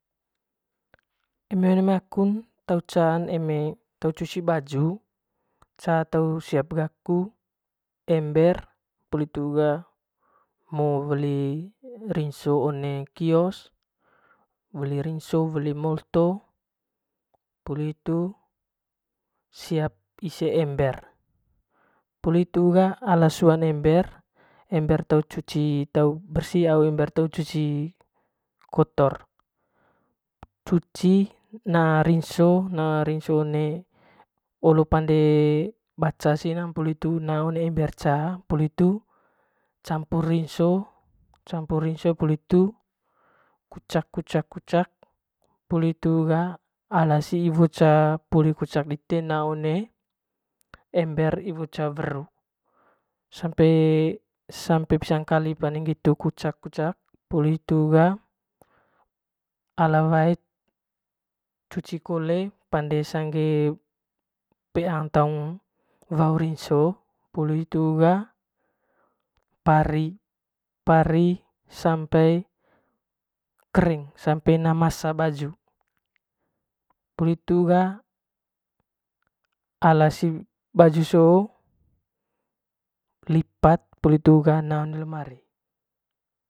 Eme one mai akun te can eme cuci baju ca siap gaaku ember poli hitu ga weli rinso one kios weli rinso weli moltto poli hitu siap ise ember poli hiytu ga ala suan ember te cuci agu ember te cuci kotor cuci na rinso na rinso olo pande one main baca poli hitu na one ember ca poli hitu campur rinso campur rinso poli hitu kucak kucak kucak poli hitu ga iwo poli kucak dite na one ember iwo ca ceru sampe sampe pisa ngkali pande ngitu kucak kucak puli hitu ga ala wae cuci kole sangge peag taung wau rinso poli hitu ga pari pari sampe kering sampe hena masa baju soo poli hitu ga ala si baju soo lipat poli hitu ga na one lemari